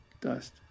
Dust